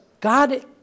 God